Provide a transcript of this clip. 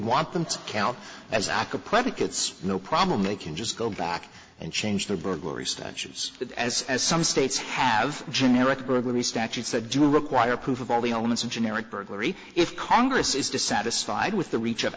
want them to count as i could predicates no problem they can just go back and change the burglary statues but as as some states have generic burglary statutes that do require proof of all the elements of generic burglary if congress is dissatisfied with the reach of